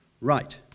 Right